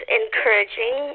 encouraging